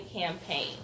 Campaign